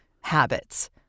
habits